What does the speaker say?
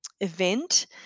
event